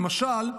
למשל,